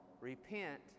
Repent